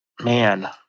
Man